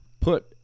put